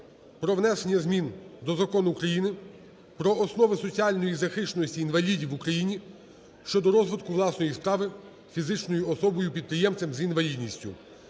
про внесення змін до Закону України "Про основи соціальної захищеності інвалідів в Україні" щодо розвитку власної справи фізичною особою-підприємцем з інвалідністю